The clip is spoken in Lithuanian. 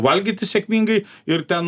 valgyti sėkmingai ir ten